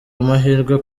amahirwe